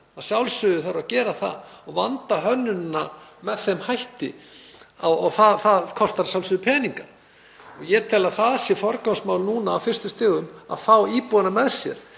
sjálfsögðu þarf að gera það og vanda hönnunina með þeim hætti, og það kostar að sjálfsögðu peninga. Ég tel að það sé forgangsmál á fyrstu stigum að fá íbúa með sér,